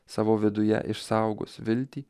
savo viduje išsaugos viltį